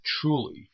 truly